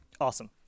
Awesome